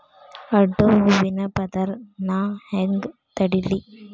ಅಡ್ಡ ಹೂವಿನ ಪದರ್ ನಾ ಹೆಂಗ್ ತಡಿಲಿ?